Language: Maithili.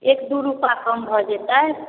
एक दुइ रुपा कम भऽ जेतै